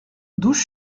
douze